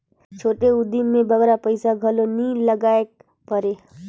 छोटे उदिम में बगरा पइसा घलो नी लगाएक परे